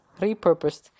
repurposed